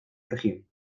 región